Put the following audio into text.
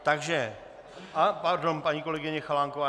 Takže... pardon, paní kolegyně Chalánková.